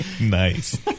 Nice